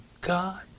God